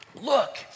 Look